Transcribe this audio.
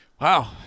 Wow